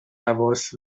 حواس